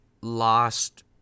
lost